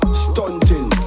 stunting